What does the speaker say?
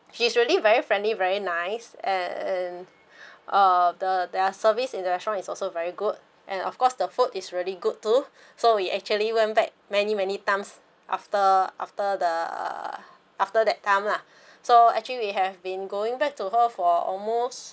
she's really very friendly very nice and uh the their service in the restaurant is also very good and of course the food is really good too so we actually went back many many times after after the after that time lah so actually we have been going back to her for almost